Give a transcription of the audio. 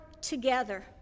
together